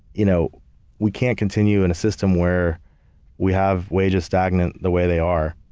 you know we can't continue in a system where we have wages stagnant the way they are,